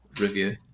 review